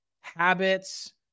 habits